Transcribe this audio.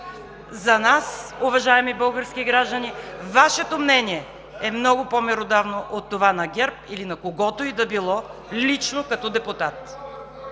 За нас, уважаеми български граждани, Вашето мнение е много по-меродавно от това на ГЕРБ или на когото и да било, лично като депутат.